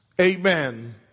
amen